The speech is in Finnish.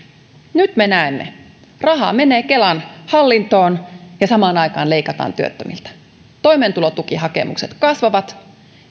nyt me näemme rahaa menee kelan hallintoon ja samaan aikaan leikataan työttömiltä toimeentulotukihakemukset kasvavat